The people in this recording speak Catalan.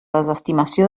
desestimació